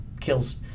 kills